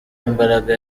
imbaraga